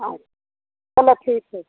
हाँ चलो ठीक है